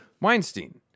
Weinstein